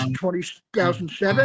2007